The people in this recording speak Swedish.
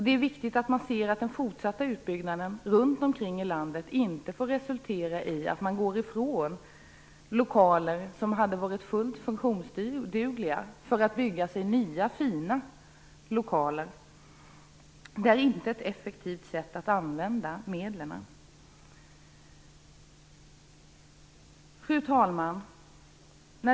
Det är viktigt att den fortsatta utbyggnaden runt om i landet inte resulterar i att man går ifrån lokaler som hade varit fullt funktionsdugliga för att bygga nya, fina lokaler. Det här är inte ett effektivt sätt att använda medlen. Fru talman!